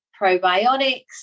probiotics